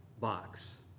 box